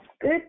good